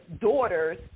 daughters